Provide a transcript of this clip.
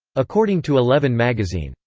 according to eleven magazine,